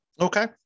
Okay